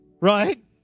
Right